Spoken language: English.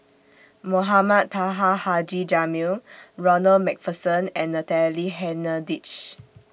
Mohamed Taha Haji Jamil Ronald MacPherson and Natalie Hennedige